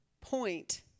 point